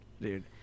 dude